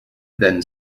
then